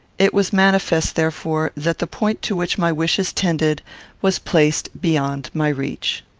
it was manifest, therefore, that the point to which my wishes tended was placed beyond my reach.